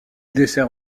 dessert